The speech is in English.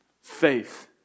Faith